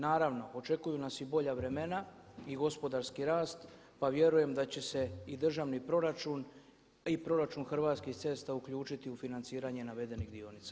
Naravno, očekuju nas i bolja vremena i gospodarski rast, pa vjerujem da će se i državni proračun i proračun Hrvatskih cesta uključiti u financiranje navedenih dionica.